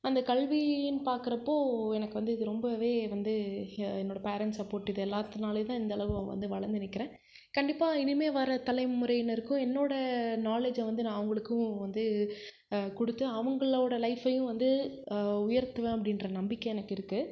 அந்த கல்வின்னு பார்க்குறப்போ எனக்கு வந்து இது ரொம்பவே வந்து எ என்னோட பேரண்ட்ஸ் சப்போர்ட் இது எல்லாத்துனாலையும் தான் இந்த அளவு வ வந்து வளர்ந்து நிற்கிறேன் கண்டிப்பாக இனிமே வர தலைமுறையினருக்கும் என்னோட நாலேஜை வந்து நான் அவங்களுக்கும் வந்து கொடுத்து அவங்களோட லைஃபையும் வந்து உயர்த்துவேன் அப்படின்ற நம்பிக்கை எனக்கு இருக்கு